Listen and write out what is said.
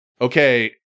okay